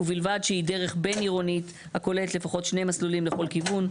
"ובלבד שהיא דרך בינעירונית הכוללת לפחות שני מסלולים לכל כיוון,